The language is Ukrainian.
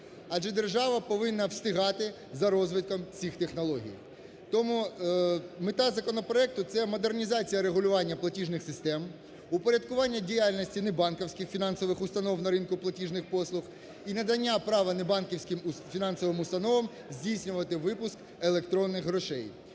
Адже держава повинна встигати за розвитком цих технологій. Тому мета законопроекту, це модернізація регулювання платіжних систем, упорядкування діяльності небанківських фінансових установ на ринку платіжних послуг і надання права небанківським фінансовим установам здійснювати випуск електронних грошей,